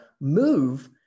move